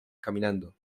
caminando